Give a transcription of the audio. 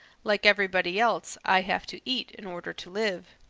like everybody else, i have to eat in order to live.